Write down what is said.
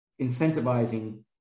incentivizing